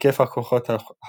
- היקף הכוחות הלוחמים,